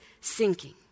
sinking